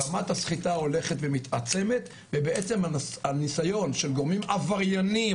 רמת הסחיטה הולכת ומתעצמת והנסיון של גורמים עברייניים,